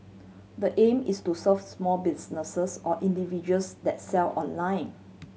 the aim is to serve small businesses or individuals that sell online